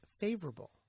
favorable